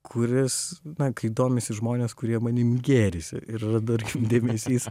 kuris na kai domisi žmonės kurie manim gėrisi ir yra dar dėmesys